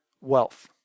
wealth